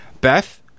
Beth